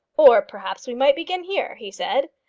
or perhaps we might begin here, he said.